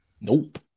Nope